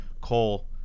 Cole